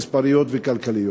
מספריות וכלכליות.